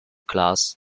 clash